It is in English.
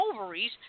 ovaries